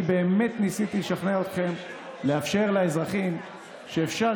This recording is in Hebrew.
אני באמת ניסיתי לשכנע אתכם לאפשר לאזרחים שאפשר